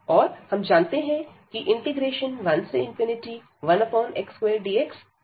और हम जानते हैं कि 11x2dxकन्वर्ज करता है